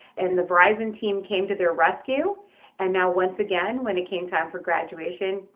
and the verizon team came to their rescue and now, once again, when it came time for graduation,